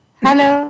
Hello